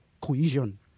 cohesion